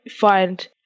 find